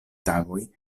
tagoj